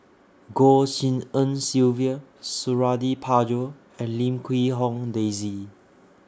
Goh Tshin En Sylvia Suradi Parjo and Lim Quee Hong Daisy